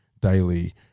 daily